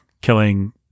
killing